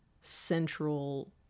central